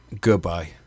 Goodbye